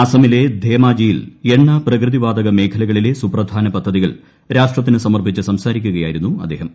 അസമിലെ ധേമാജിയിൽ എണ്ണ പ്രകൃതി വാതക മേഖലകളിലെ സുപ്രധാന പദ്ധതികൾ രാഷ്ട്രത്തിന് സമർപ്പിച്ച് സംസാരിക്കുകയ്ട്ടുയിരുന്നു അദ്ദേഹം